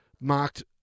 marked